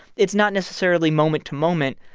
it's not necessarily moment to moment.